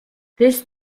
this